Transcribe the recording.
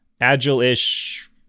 agile-ish